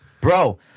Bro